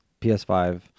PS5